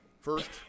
first